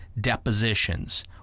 depositions